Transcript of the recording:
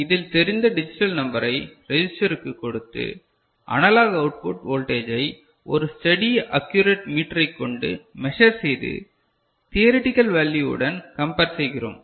இதில் தெரிந்த டிஜிட்டல் நம்பரை ரெஜிஸ்டருக்கு கொடுத்து அனலாக் அவுட்புட் வோல்டேஜெய் ஒரு ஸ்டடி ஆக்யூரிட் மீட்டரை கொண்டு மெசர் செய்து தியரிடிக்கல் வேல்யுவுடன் கம்பேர் செய்கிறோம்